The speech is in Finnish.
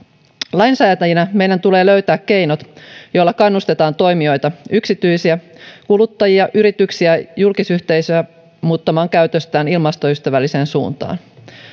lainsäätäjinä meidän tulee löytää keinot joilla kannustetaan toimijoita yksityisiä kuluttajia yrityksiä julkisyhteisöä muuttamaan käytöstään ilmastoystävälliseen suuntaan